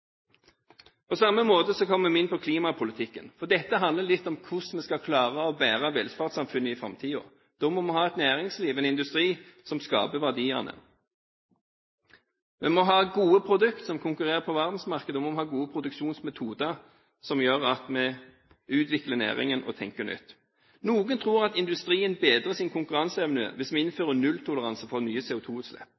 På samme måte kommer man inn på klimapolitikken, for dette handler litt om hvordan vi skal klare å bære velferdssamfunnet i framtiden. Da må vi ha et næringsliv, en industri, som skaper verdiene. Vi må ha gode produkter som konkurrerer på verdensmarkedet, og vi må ha gode produksjonsmetoder som gjør at vi utvikler næringen og tenker nytt. Noen tror at industrien bedrer sin konkurranseevne hvis vi